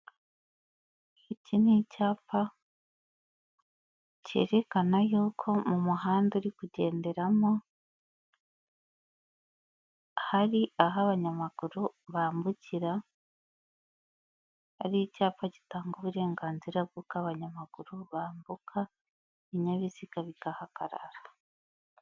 Iki ni icyapa cyerekana y'uko mu muhanda uri kugenderamo hari aho abanyamaguru bambukira; ari icyapa gitanga uburenganzira bw'abanyamaguru bambuka ibinyabiziga bigahagarara.